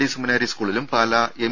D seminary സ്കൂളിലും Pala M